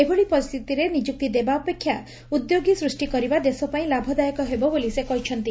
ଏଭଳି ପରିସ୍ତିତିରେ ନିଯୁକ୍ତି ଦେବା ଅପେକ୍ଷା ଉଦ୍ୟୋଗୀ ସୃଷ୍ କରିବା ଦେଶପାଇଁ ଲାଭଦାୟକ ବୋଲି ସେ କହିଛନ୍ତି